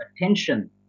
attention